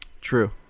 True